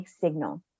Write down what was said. signal